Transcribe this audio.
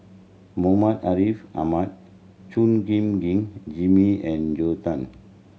Muhammad Ariff Ahmad Chua Gim Guan Jimmy and Joel Tan